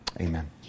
amen